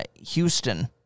Houston